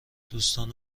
دوستان